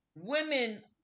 Women